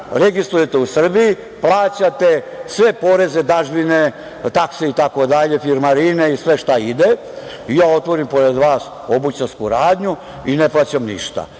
registrujete u Srbiji, plaćate sve poreze, dažbine, takse itd. firmarine i sve što ide i ja otvorim pored vas obućarsku radnju i ne plaćam ništa.